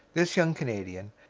this young canadian,